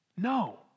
No